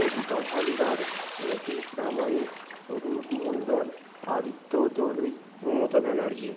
Ritam Haldar Ratin Pramanik Rup Mondal Aditya Dolui Mamata Banerjee